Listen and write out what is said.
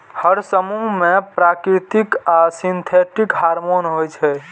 हर समूह मे प्राकृतिक आ सिंथेटिक हार्मोन होइ छै